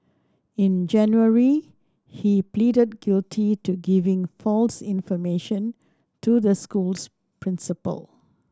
in January he pleaded guilty to giving false information to the school's principal